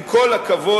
עם כל הכבוד,